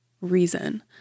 reason